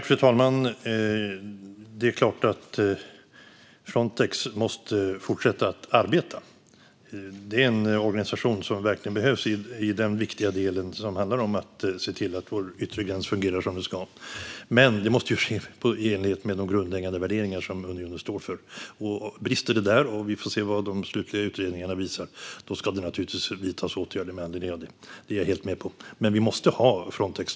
Fru talman! Det är klart att Frontex måste fortsätta att arbeta. Det är en organisation som verkligen behövs i den viktiga delen som handlar om att se till att vår yttre gräns fungerar som den ska. Men det måste ske i enlighet med de grundläggande värderingar som unionen står för. Brister det där - vi får se vad de slutliga utredningarna visar - ska det naturligtvis vidtas åtgärder med anledning av det. Det är jag helt med på. Men vi måste ha Frontex.